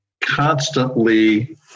constantly